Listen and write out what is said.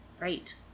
Right